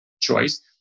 choice